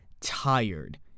tired